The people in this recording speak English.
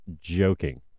joking